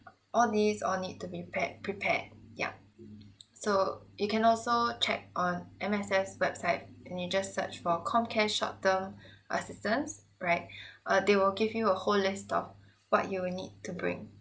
all these all need to be pare~ prepared yup so you can also check on M_S_F's website and you just search for comcare short term assistance right uh they will give you a whole list of what you will need to bring